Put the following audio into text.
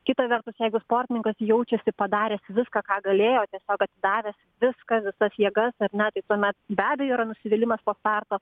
kita vertus jeigu sportininkas jaučiasi padaręs viską ką galėjo tiesiog atidavęs viską visas jėgas ar ne tai tuomet be abejo yra nusivylimas po starto